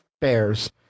Bears